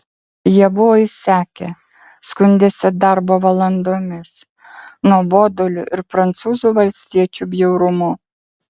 jie buvo išsekę skundėsi darbo valandomis nuoboduliu ir prancūzų valstiečių bjaurumu